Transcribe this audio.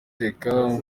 reka